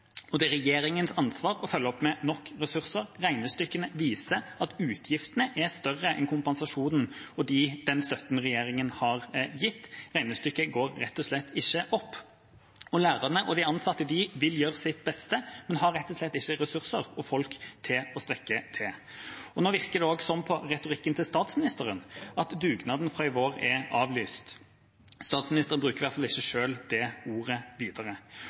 og det er regjeringas ansvar å følge opp med nok ressurser. Regnestykkene viser at utgiftene er større enn kompensasjonen og den støtten regjeringa har gitt. Regnestykket går rett og slett ikke opp. Lærerne og de ansatte vil gjøre sitt beste, men har rett og slett ikke ressurser og folk til å strekke til. Nå virker det også sånn på retorikken til statsministeren at dugnaden fra i vår er avlyst. Statsministeren bruker i hvert fall ikke selv det ordet videre.